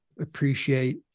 appreciate